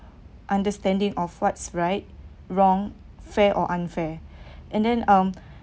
understanding of what's right wrong fair or unfair and then um